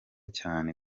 cyane